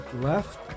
left